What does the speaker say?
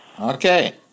Okay